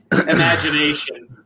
imagination